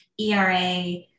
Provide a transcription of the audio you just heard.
ERA